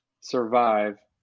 survive